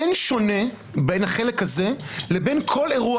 אין שונה בין החלק הזה לבין כל אירוע